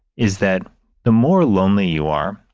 is that the more lonely you are,